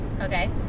okay